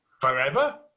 forever